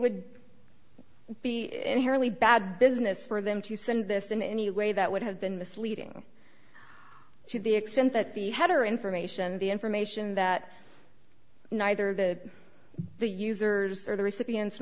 would be inherently bad business for them to send this in any way that would have been misleading to the extent that the header information the information that neither the the users or the recipients